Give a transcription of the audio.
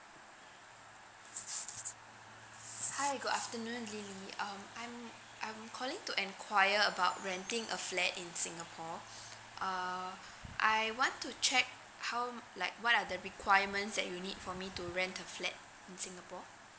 hi good afternoon lily um I'm I'm calling to enquire about renting a flat in singapore err I want to check how like what are the requirements that you need for me to rent a flat in singapore